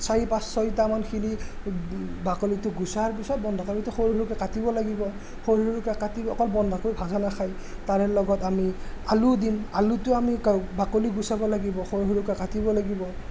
চাৰি পাঁচ ছয়টা মান খিলা বাকলিটো গুচোৱাৰ পিছত বন্ধাকবিটো সৰু সৰুকৈ কাটিব লাগিব সৰু সৰুকৈ কাটি অকল বন্ধাকবি ভাজা নাখায় তাৰে লগত আমি আলু দিম আলুটো আমি বাকলি গুচাব লাগিব সৰু সৰুকৈ কাটিব লাগিব